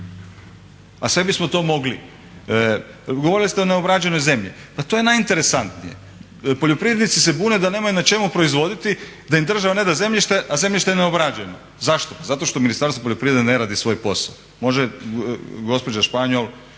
A sve bismo to mogli. Govorili ste o neobrađenoj zemlji. Pa to je najinteresantnije. Poljoprivrednici se bune da nemaju na čemu proizvoditi, da im država ne da zemljište, a zemljište je neobrađeno. Zašto? Zato što Ministarstvo poljoprivrede ne radi svoj posao. Može gospođa Španjol,